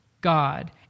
God